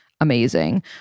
amazing